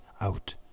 out